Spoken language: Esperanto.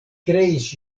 kreis